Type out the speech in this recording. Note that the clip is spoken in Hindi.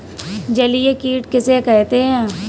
जलीय कीट किसे कहते हैं?